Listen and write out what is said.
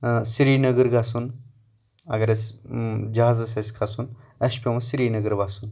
سری نگر گژھُن اَگر اَسہِ جہازس آسہِ کھسُن اَسہِ چھُ پیاون سرنگر وَسُن